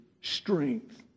strength